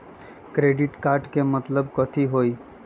Credit card के मतलब कथी होई?